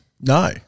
no